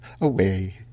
away